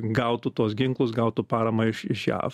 gautų tuos ginklus gautų paramą iš iš jav